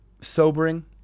sobering